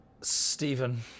Stephen